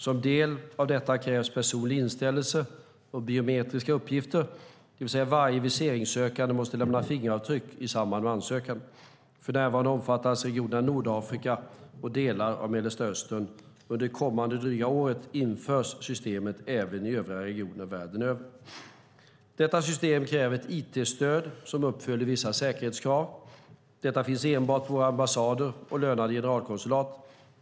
Som del av detta krävs personlig inställelse och biometriska uppgifter, det vill säga att varje viseringssökande måste lämna fingeravtryck i samband med ansökan. För närvarande omfattas regionerna Nordafrika och delar av Mellanöstern. Under det kommande dryga året införs systemet även i övriga regioner världen över. Systemet kräver ett it-stöd som uppfyller vissa säkerhetskrav. Detta finns enbart på våra ambassader och lönade generalkonsulat.